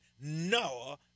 Noah